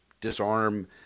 disarm